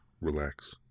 relax